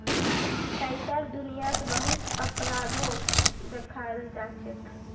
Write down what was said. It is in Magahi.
पैसार दुनियात बहुत अपराधो दखाल जाछेक